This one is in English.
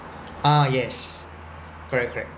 ah yes correct correct